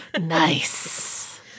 Nice